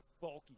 bulky